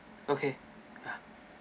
okay